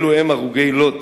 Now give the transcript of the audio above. אלו הם הרוגי לוד.